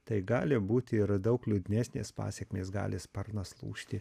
tai gali būti ir daug liūdnesnės pasekmės gali sparnas lūžti